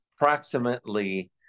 approximately